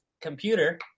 computer